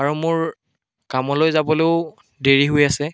আৰু মোৰ কামলৈ যাবলৈও দেৰি হৈ আছে